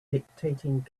dictating